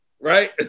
right